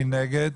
מי נגד?